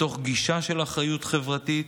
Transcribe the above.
מתוך גישה של אחריות חברתית,